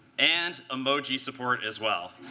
and emoji support, as well.